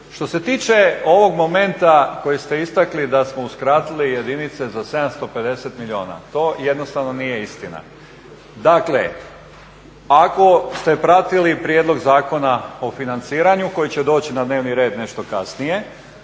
Što se tiče ovog momenta kojeg ste istakli da smo uskratili jedinice za 750 milijuna to jednostavno nije istina. Dakle, ako ste pratili Prijedlog zakona o financiranju koji će doći na dnevni red nešto kasnije